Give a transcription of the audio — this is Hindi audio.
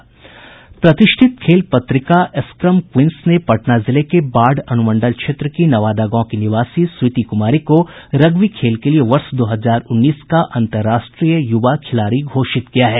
प्रतिष्ठित खेल पत्रिका स्क्रम क्वींस ने पटना जिले के बाढ़ अनुमंडल क्षेत्र की नवादा गांव की निवासी स्वीटी कुमारी को रग्बी खेल के लिए वर्ष दो हजार उन्नीस का अन्तर्राष्ट्रीय युवा खिलाड़ी घोषित किया है